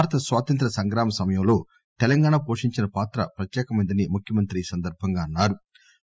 భారత స్వాతంత్ర్య సంగ్రామ సమయంలో తెలంగాణ పోషించిన పాత్ర ప్రత్యేకమైందని ముఖ్యమంత్రి తెలిపారు